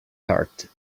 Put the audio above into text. hurt